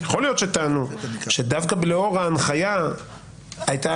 יכול להיות שטענו שדווקא לאור ההנחיה שיצאה